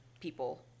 people